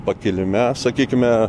pakilime sakykime